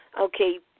Okay